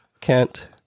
Kent